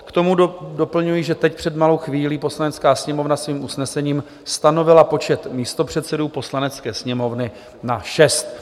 K tomu doplňuji, že teď, před malou chvílí, Poslanecká sněmovna svým usnesením stanovila počet místopředsedů Poslanecké sněmovny na šest.